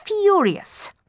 furious